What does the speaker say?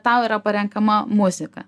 tau yra parenkama muzika